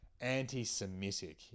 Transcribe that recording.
anti-Semitic